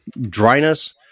dryness